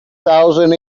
thousand